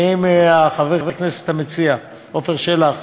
האם חבר הכנסת המציע, עפר שלח,